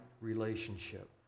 relationship